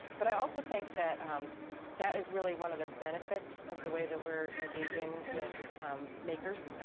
but i also think that um that is really one of the benefits of the way that we're engaging with makers,